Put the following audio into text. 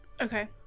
Okay